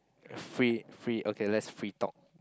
free free okay let's free talk